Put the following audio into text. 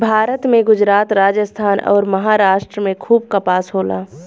भारत में गुजरात, राजस्थान अउर, महाराष्ट्र में खूब कपास होला